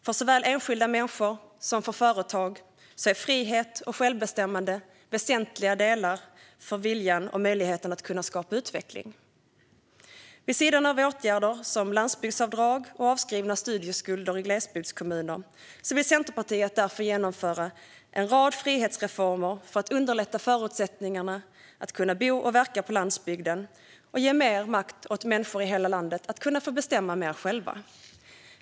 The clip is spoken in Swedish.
För såväl enskilda människor som företag är frihet och självbestämmande väsentliga delar för viljan och möjligheten att skapa utveckling. Vid sidan av åtgärder som landsbygdsavdrag och avskrivna studieskulder i glesbygdskommuner vill Centerpartiet därför genomföra en rad frihetsreformer för att underlätta förutsättningarna för att bo och verka på landsbygden och ge mer makt åt människor i hela landet att bestämma själva.